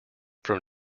from